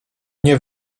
nie